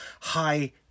high